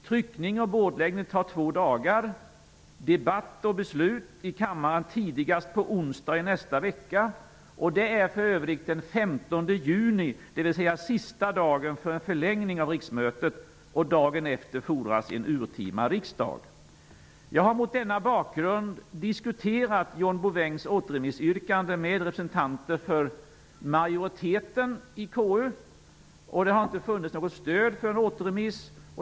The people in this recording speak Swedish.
Tryckning och bordläggning tar två dagar, och debatt och beslut i kammaren kan ske tidigast på onsdag i nästa vecka. Det är för övrigt den 15 juni, dvs. den sista dagen för en förlängning av riksmötet. För dagen efter fordras en urtima riksdag. Mot denna bakgrund har jag diskuterat John Bouvins återremissyrkande med representanter för majoriteten i KU, och det har inte funnits något stöd för en återremiss.